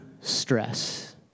stress